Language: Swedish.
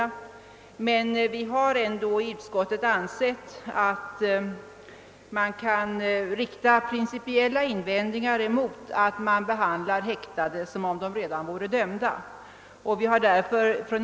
Men vi har ändå i utskottet ansett att det kan riktas principiella invändningar mot att man behandlar häktade som om de redan vore dömda.